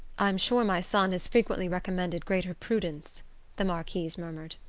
i'm sure my son has frequently recommended greater prudence the marquise murmured.